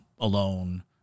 alone